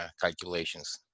calculations